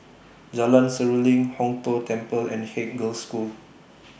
Jalan Seruling Hong Tho Temple and Haig Girls' School